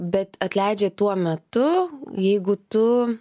bet atleidžia tuo metu jeigu tu